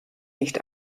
nicht